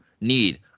need